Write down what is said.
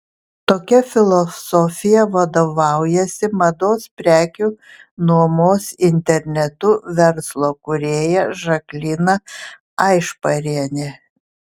tokia filosofija vadovaujasi mados prekių nuomos internetu verslo kūrėja žaklina aišparienė